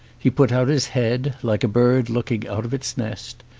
he put out his head, like a bird looking out of its nest,